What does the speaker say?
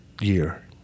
year